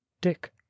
dick